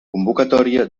convocatòria